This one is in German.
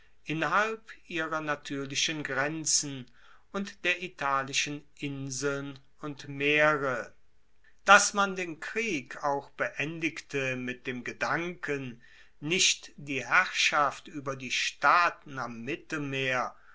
innerhalb ihrer natuerlichen grenzen und der italischen inseln und meere dass man den krieg auch beendigte mit dem gedanken nicht die herrschaft ueber die staaten am mittelmeer